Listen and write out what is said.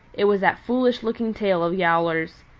it was that foolish looking tail of yowler's.